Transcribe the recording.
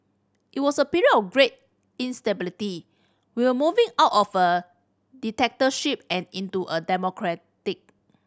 it was a period of great instability we were moving out of a dictatorship and into a democracy